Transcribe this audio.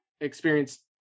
experience